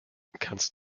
kannst